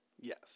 Yes